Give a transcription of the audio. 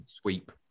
sweep